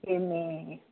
मिठे में